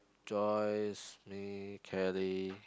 Joyce me Kelly